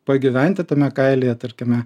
pagyventi tame kailyje tarkime